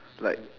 like